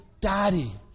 Daddy